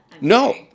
No